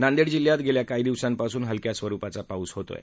नांदेड जिल्ह्यात गेल्या काही दिवसांपासून हलक्या स्वरूपाचा पाऊस होत आहे